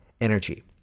energy